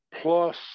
plus